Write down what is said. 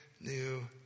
new